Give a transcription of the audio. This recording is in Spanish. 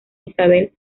isabel